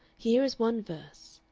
here is one verse.